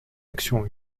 actions